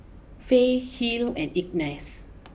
Fay Hill and Ignatz